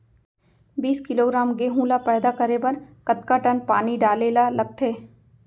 बीस किलोग्राम गेहूँ ल पैदा करे बर कतका टन पानी डाले ल लगथे?